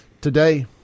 today